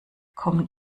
kommen